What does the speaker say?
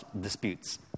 disputes